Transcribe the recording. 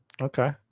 Okay